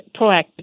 proactive